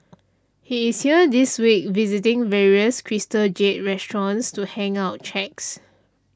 he is here this week visiting various Crystal Jade restaurants to hand out cheques